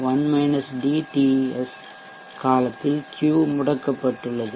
TS காலத்தில் Q முடக்கப்பட்டுள்ளது